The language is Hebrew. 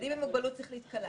ילדים עם מוגבלות שכלית קלה.